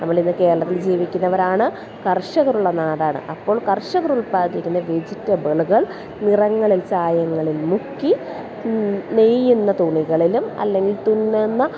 നമ്മളിന്ന് കേരളത്തിൽ ജീവിക്കുന്നവരാണ് കർഷകരുള്ള നാടാണ് അപ്പോൾ കർഷകർ ഉൽപാദിപ്പിക്കുന്ന വെജിറ്റബിളുകൾ നിറങ്ങളിൽ ചായങ്ങളിൽ മുക്കി നെയ്യുന്ന തുണികളിലും അല്ലെങ്കിൽ തുന്നുന്ന